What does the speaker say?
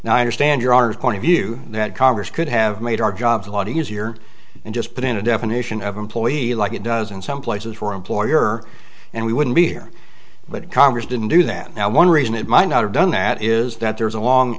now i understand your point of view that congress could have made our jobs a lot easier and just put in a definition of employee like it does in some places where employer and we wouldn't be here but congress didn't do that now one reason it might not have done that is that there's a long